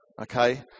Okay